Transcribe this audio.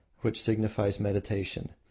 which signifies meditation.